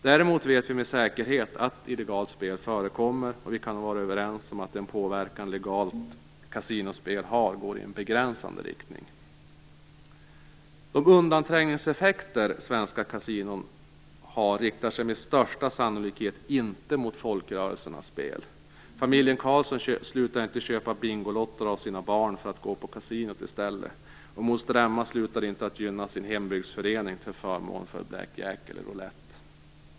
Däremot vet vi med säkerhet att illegalt spel förekommer, och vi kan nog vara överens om att den påverkan som legalt kasinospel har går i en begränsande riktning. De undanträngningseffekter som svenska kasinon har riktar sig med största sannolikhet inte mot folkrörelsernas spel. Familjen Karlsson slutar inte köpa bingolotter av sina barn för att gå på kasinot i stället, och moster Emma slutar inte att gynna sin hembygdsförening till förmån för blackjack eller roulett.